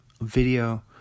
video